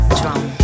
drum